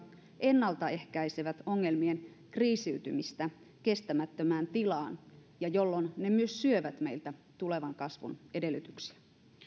ennalta ehkäisevät ongelmien kriisiytymistä kestämättömään tilaan jolloin ne myös syövät meiltä tulevan kasvun edellytyksiä